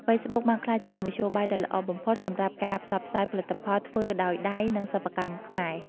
ហ្វេសប៊ុកបានក្លាយជាមធ្យោបាយដ៏ល្អបំផុតសម្រាប់ការផ្សព្វផ្សាយផលិតផលធ្វើដោយដៃនិងសិប្បកម្មខ្មែរ។